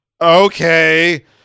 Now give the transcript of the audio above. okay